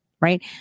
right